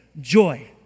joy